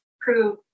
prove